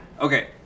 Okay